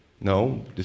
No